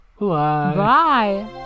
bye